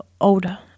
older